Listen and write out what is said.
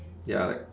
ya like